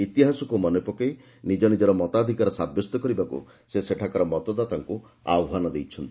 ଇତିହାସକୁ ମନେପକାଇ ନିଜ ନିଜର ମତାଧୂକାର ସାବ୍ୟସ୍ତ କରିବାକୁ ସେ ସେଠାକାର ମତଦାତାଙ୍କୁ ଆହ୍ପାନ ଦେଇଛନ୍ତି